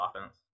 offense